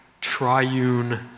triune